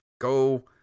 go